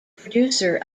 producer